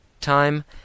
time